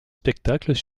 spectacles